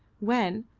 when,